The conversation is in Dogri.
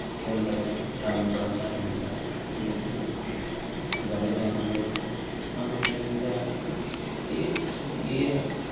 केह् होंदा के टाइम बड़ा घट्ट मिलदा इस करी बैह्ले टैम बी होंदा मतलब कि जिस बेल्लै एह् एह् ऐ